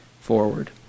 forward